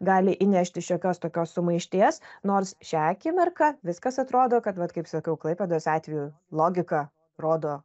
gali įnešti šiokios tokios sumaišties nors šią akimirką viskas atrodo kad vat kaip sakiau klaipėdos atveju logika rodo